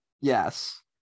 yes